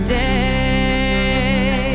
day